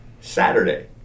Saturday